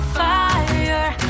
fire